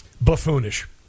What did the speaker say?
buffoonish